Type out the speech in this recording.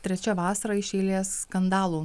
trečia vasara iš eilės skandalų